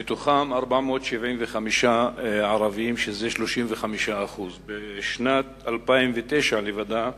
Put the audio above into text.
ומתוכם 475 ערבים, שזה 35%. בשנת 2009 לבדה